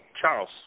Charles